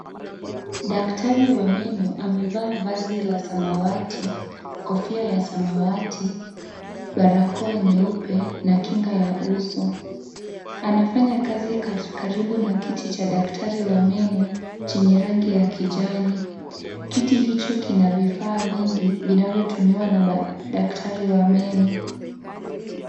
Daktari wa meno amevaa vazi la samawati kofia ya samawati, barakoa nyeupe na kinga ya uso , anafaya kazi karibu na kiti cha daktari wa meno chenye rangi ya kijani. Kiti hicho kina vifaaa vingi vinavyotumiwa na daktari wa meno .